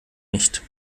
nicht